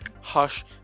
Hush